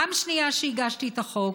פעם שנייה שהגשתי את החוק,